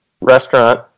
restaurant